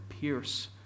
pierce